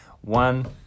One